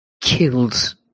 killed